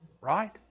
Right